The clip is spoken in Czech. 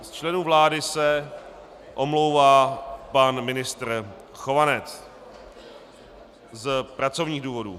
Z členů vlády se omlouvá pan ministr Chovanec z pracovních důvodů.